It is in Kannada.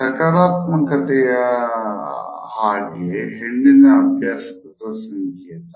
ಸಕಾರಾತ್ಮಕ್ತೆಯ ಹಾಗಿ ಹೆಣ್ಣಿನ ಅಭ್ಯಾಸದ ಸಂಕೇತ